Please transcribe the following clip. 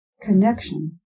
connection